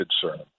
concern